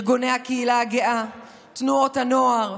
ארגוני הקהילה הגאה, תנועות הנוער,